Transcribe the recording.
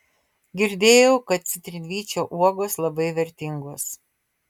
girdėjau kad citrinvyčio uogos labai vertingos